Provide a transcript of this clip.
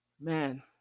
man